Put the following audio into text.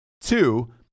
two